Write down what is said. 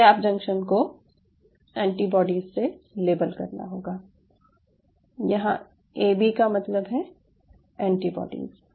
इन gap junction को antibodies से label करना होगा यहाँ एबी का मतलब है एंटीबाडीज